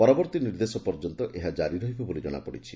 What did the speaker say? ପରବର୍ଭୀ ନିର୍ଦ୍ଦେଶ ପର୍ଯ୍ୟନ୍ତ ଏହା ଜାରି ରହିବ ବୋଲି ଜଶାପଡ଼ିଛି